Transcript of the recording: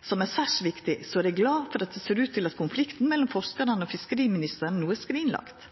som er særs viktig, er eg glad for at det ser ut til at konflikten mellom forskarane og fiskeriministeren no er skrinlagd.